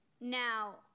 Now